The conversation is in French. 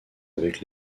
avec